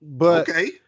Okay